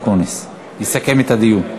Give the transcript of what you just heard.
סגן השר חבר הכנסת אופיר אקוניס יסכם את הדיון.